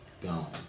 Gone